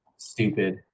stupid